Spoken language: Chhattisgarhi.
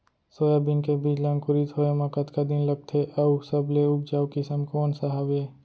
सोयाबीन के बीज ला अंकुरित होय म कतका दिन लगथे, अऊ सबले उपजाऊ किसम कोन सा हवये?